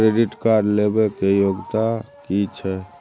Credit card लेबै के योग्यता कि छै?